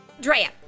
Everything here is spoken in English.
Drea